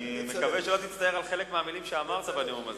אני מקווה שלא תצטער על חלק מהמלים שאמרת בנאום הזה.